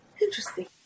Interesting